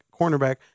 cornerback